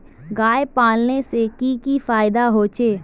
गाय पालने से की की फायदा होचे?